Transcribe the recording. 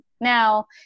now